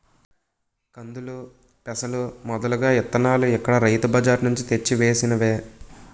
కందులు, పెసలు మొదలగు ఇత్తనాలు ఇక్కడ రైతు బజార్ నుంచి తెచ్చి వేసినవే